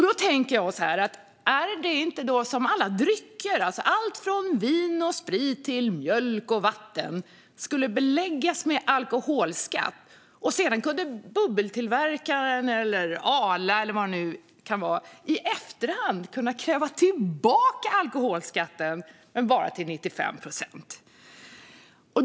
Då tänker jag så här: Är inte det som om alla drycker, alltså allt från vin och sprit till mjölk och vatten, skulle beläggas med alkoholskatt - och sedan skulle bubbeltillverkaren eller Arla kunna kräva tillbaka alkoholskatten i efterhand, men bara till 95 procent?